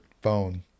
phone